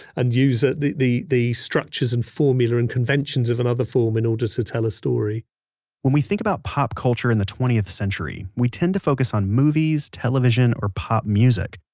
and use ah the the structures, and formula, and conventions of another form in order to tell a story when we think about pop culture in the twentieth century, we tend to focus on movies, tv or pop music.